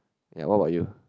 ya what about you